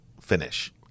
finish